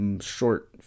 short